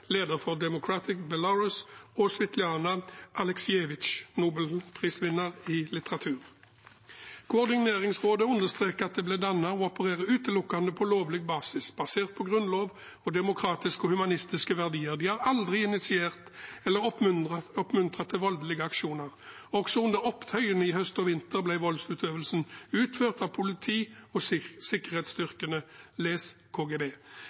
for Democratic Belarus, og Svetlana Aleksijevitsj, nobelprisvinner i litteratur. Koordineringsrådet understreker at det ble dannet og opererer utelukkende på lovlig basis, basert på grunnlov og demokratiske og humanistiske verdier. De har aldri initiert eller oppmuntret til voldelige aksjoner. Også under opptøyene i høst og vinter ble voldsutøvelsen utført av politi og sikkerhetsstyrker – les KGB.